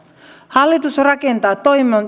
hallitus rakentaa